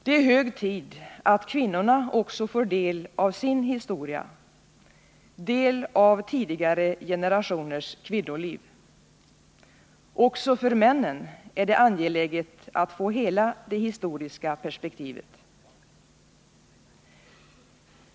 Det är hög tid att kvinnorna också får del av sin historia — del av tidigare generationers kvinnoliv. Också för männen är det angeläget att få hela det historiska perspektivet.